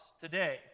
today